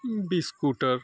بسکوٹک